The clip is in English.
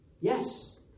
Yes